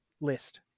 list